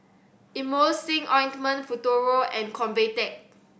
Emulsying Ointment Futuro and Convatec